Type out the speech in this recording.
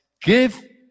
give